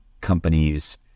companies